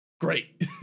great